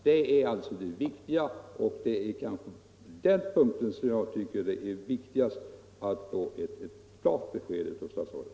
Det är på den punkten som jag tycker att det är viktigast att få ett klart besked av statsrådet.